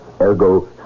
ergo